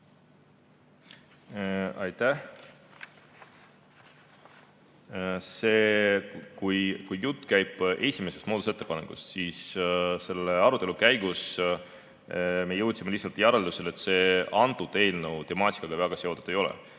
Aitäh! Kui jutt käib esimesest muudatusettepanekust, siis selle arutelu käigus me jõudsime järeldusele, et see eelnõu temaatikaga väga seotud ei ole.